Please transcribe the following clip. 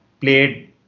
played